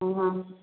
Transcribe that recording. ꯑꯥ